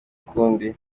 ukundi